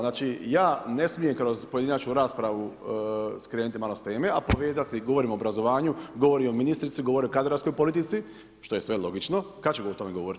Znači, ja ne smijem kroz pojedinačnu raspravu skrenuti malo s teme, a povezati, govorim o obrazovanju, govorim o ministrici, govorim o kadrovskoj politici, što je sve logično, kad ćemo o tome govoriti?